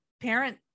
parent